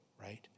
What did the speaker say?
right